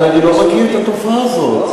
אבל אני לא מכיר את התופעה הזאת.